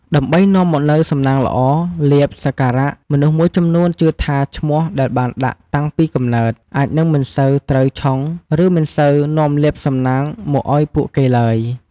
ដើម្បីនាំមកនូវសំណាងល្អ លាភ សក្ការៈ មនុស្សមួយចំនួនជឿថាឈ្មោះដែលបានដាក់តាំងពីកំណើត អាចនឹងមិនសូវត្រូវឆុង ឬមិនសូវនាំលាភសំណាងមកឲ្យពួកគេឡើយ។